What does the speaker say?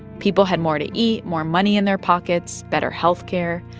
people had more to eat, more money in their pockets, better health care.